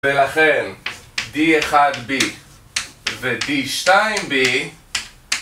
ולכן d1b ו-d2b